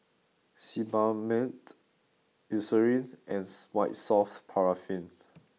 Sebamed Eucerin and White soft paraffin